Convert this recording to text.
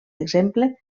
exemple